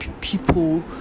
people